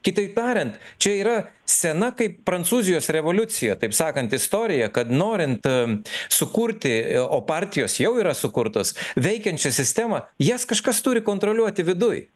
kitaip tariant čia yra sena kaip prancūzijos revoliucija taip sakant istorija kad norint sukurti o partijos jau yra sukurtos veikiančią sistemą jas kažkas turi kontroliuoti viduj